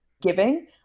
giving